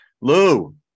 Lou